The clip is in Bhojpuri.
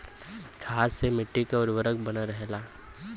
खाद से मट्टी क उर्वरता बनल रहला